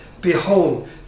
Behold